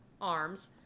arms